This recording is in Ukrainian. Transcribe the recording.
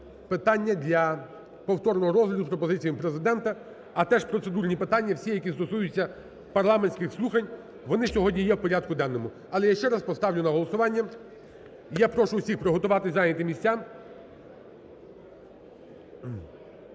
питання для повторного розгляду з пропозиціями Президента, а теж процедурні питання всі, які стосуються парламентських слухань. Вони сьогодні є в порядку денному. Але я ще раз поставлю на голосування. І я прошу всіх приготуватись, зайняти місця.